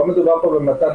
מדובר פה באנשים,